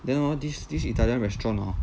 then hor this this italian restaurant hor